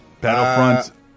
Battlefront